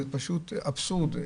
זה פשוט אבסורד.